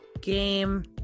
game